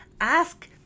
Ask